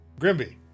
Grimby